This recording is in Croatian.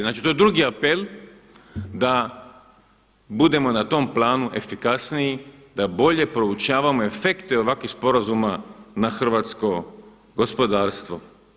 Znači, to je drugi apel da budemo na tom planu efikasniji, da bolje proučavamo efekte ovakvih sporazuma na hrvatsko gospodarstvo.